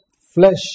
flesh